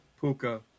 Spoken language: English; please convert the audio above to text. Puka